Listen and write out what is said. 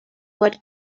what